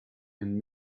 and